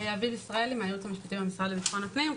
אביב ישראלי מהייעוץ המשפטי למשרד לביטחון הפנים.